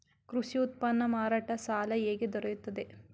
ಕೃಷಿ ಉತ್ಪನ್ನ ಮಾರಾಟ ಸಾಲ ಹೇಗೆ ದೊರೆಯುತ್ತದೆ?